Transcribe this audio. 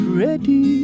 ready